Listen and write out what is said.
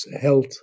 health